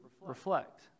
reflect